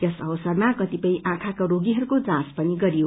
यस अवसरमा कतिपय आँखाका रोगीहहरूको जाँच पनि गरियो